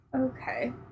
Okay